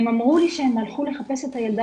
הם אמרו לי שהם הלכו לחפש את הילדה